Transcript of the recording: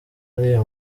ariya